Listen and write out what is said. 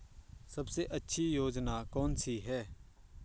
सबसे अच्छी योजना कोनसी है?